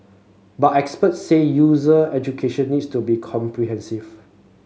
but experts said user education needs to be comprehensive